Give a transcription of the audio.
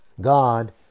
God